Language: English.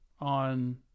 on